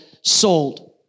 sold